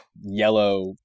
yellow